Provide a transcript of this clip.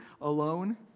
alone